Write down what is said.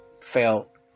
felt